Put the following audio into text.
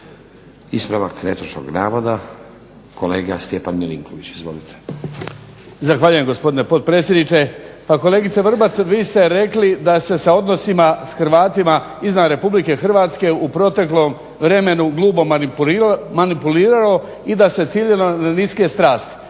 Ispravak netočnog navoda, kolega Stjepan Milinković. Izvolite. **Milinković, Stjepan (HDZ)** Zahvaljujem gospodine potpredsjedniče. Pa kolegice Vrbat vi ste rekli da se sa odnosima s Hrvatima izvan RH u proteklom vremenu grubo manipuliralo i da se ciljalo na niske strasti.